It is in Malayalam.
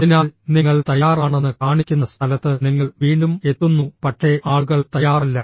അതിനാൽ നിങ്ങൾ തയ്യാറാണെന്ന് കാണിക്കുന്ന സ്ഥലത്ത് നിങ്ങൾ വീണ്ടും എത്തുന്നു പക്ഷേ ആളുകൾ തയ്യാറല്ല